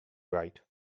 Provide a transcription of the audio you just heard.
right